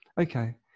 Okay